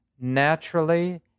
naturally